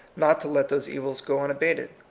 not to let those evils go unabated.